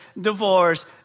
divorce